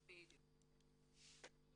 בדיוק.